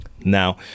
Now